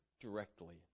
directly